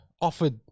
offered